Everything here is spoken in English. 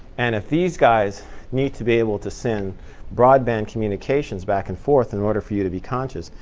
and if these guys need to be able to send broadband communications back and forth in order for you to be conscious,